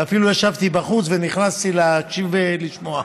ואפילו ישבתי בחוץ ונכנסתי להקשיב ולשמוע.